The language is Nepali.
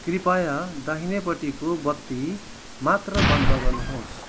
कृपया दाहिनेपट्टिको बत्ती मात्र बन्द गर्नुहोस्